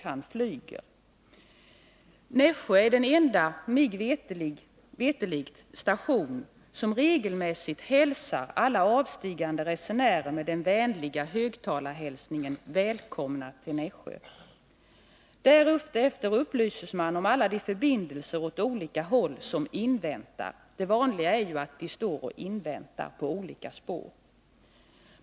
Han flyger. Nässjö är mig veterligt den enda av SJ:s stationer som regelmässigt hälsar alla avstigande resenärer med den vänliga högtalarhälsningen ”Välkomna till Nässjö”. Därefter upplyses man om alla de förbindelser åt olika håll som inväntar. Det vanliga är ju att de står och inväntar på olika spår.